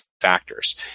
factors